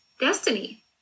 destiny